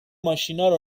ماشینارو